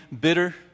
bitter